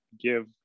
Give